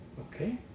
Okay